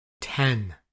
Ten